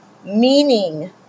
Meaning